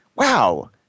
Wow